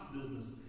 business